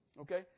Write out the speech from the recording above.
Okay